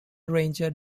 ranger